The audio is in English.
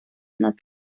not